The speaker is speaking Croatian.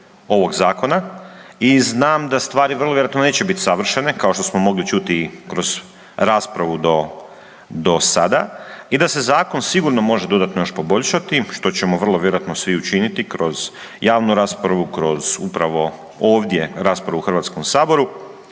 ovog zakona i znam da stvari vrlo vjerojatno neće biti savršene, kao što smo mogli čuti kroz raspravu do sada i da se zakon sigurno može dodatno još poboljšati, što ćemo vrlo vjerojatno svi učiniti kroz javnu raspravu, kroz upravo ovdje raspravu u HS-u